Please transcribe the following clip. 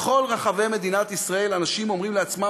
בכל רחבי מדינת ישראל אנשים אומרים לעצמם